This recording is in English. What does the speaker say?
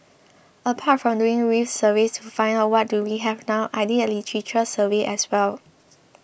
apart from doing reef surveys to find out what do we have now I did a literature survey as well